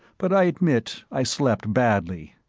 but i admit i slept badly.